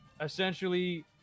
essentially